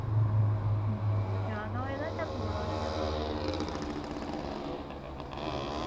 अच्छा जादा होये दा जां थोह्ड़ा होये दा ऐ